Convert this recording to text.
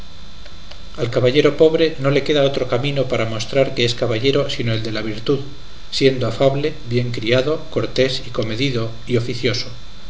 al caballero pobre no le queda otro camino para mostrar que es caballero sino el de la virtud siendo afable bien criado cortés y comedido y oficioso